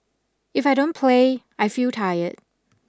if I don't play I feel tired